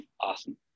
Awesome